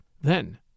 Then